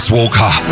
Walker